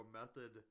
method